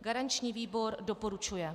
Garanční výbor doporučuje.